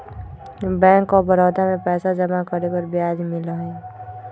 bank of Baroda में पैसा जमा करे पर ब्याज मिला हई